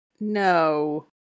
No